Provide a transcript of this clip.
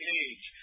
age